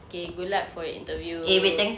okay good luck for your interview